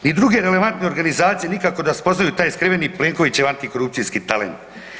I druge relevantne organizacije nikako da spoznaju taj skriveni Plenkovićev antikorupcijski talent.